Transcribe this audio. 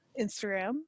Instagram